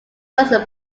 was